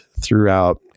throughout